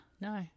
No